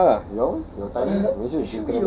ya